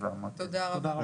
תודה רבה.